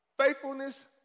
Faithfulness